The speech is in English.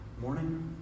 morning